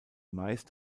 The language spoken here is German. meist